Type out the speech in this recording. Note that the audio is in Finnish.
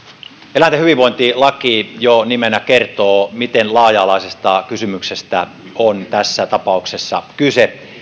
eläinten hyvinvointilaki jo nimenä kertoo miten laaja alaisesta kysymyksestä on tässä tapauksessa kyse